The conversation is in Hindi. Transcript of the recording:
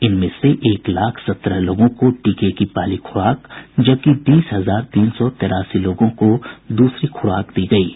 इनमें से एक लाख सत्रह लोगों को टीके की पहली खूराक जबकि बीस हजार तीन सौ तेरासी लोगों को दूसरी खुराक दी गयी है